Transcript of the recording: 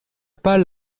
pas